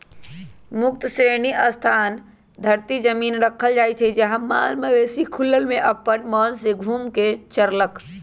मुक्त श्रेणी स्थान परती जमिन रखल जाइ छइ जहा माल मवेशि खुलल में अप्पन मोन से घुम कऽ चरलक